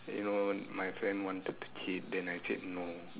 than you know my friend wanted to cheat than I said no